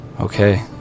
okay